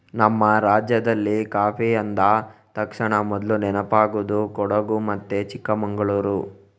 ನಮ್ಮ ರಾಜ್ಯದಲ್ಲಿ ಕಾಫಿ ಅಂದ ತಕ್ಷಣ ಮೊದ್ಲು ನೆನಪಾಗುದು ಕೊಡಗು ಮತ್ತೆ ಚಿಕ್ಕಮಂಗಳೂರು